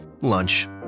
lunch